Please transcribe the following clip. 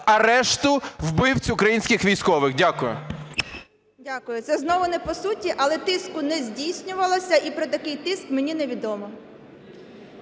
арешту вбивць українських військових? Дякую. 14:12:13 БЕЗУГЛА М.В. Дякую. Це знову не по суті, але тиску не здійснювалося, і про такий тиск мені невідомо.